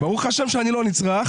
ברוך ה' שאני לא נצרך,